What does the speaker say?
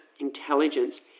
intelligence